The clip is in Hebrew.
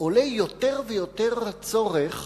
עולה יותר ויותר הצורך